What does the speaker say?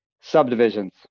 Subdivisions